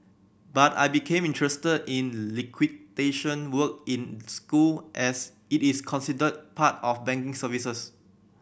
but I became interested in liquidation work in school as it is considered part of banking services